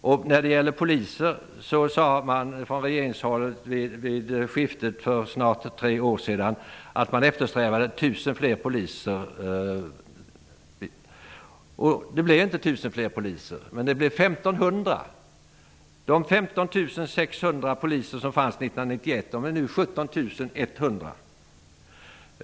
Vid regeringsskiftet för snart tre år sedan sade man från regeringshåll att man eftersträvade 1 000 fler poliser. Det blev inte 1 000 fler poliser, utan det blev 1 500. De 15 600 poliser som fanns 1991 är nu 17 100.